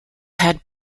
had